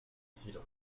civile